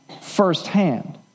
firsthand